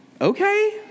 Okay